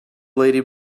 lady